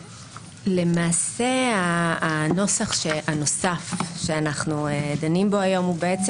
למעשה הנוסח הנוסף שאנחנו דנים בו היום הוא יותר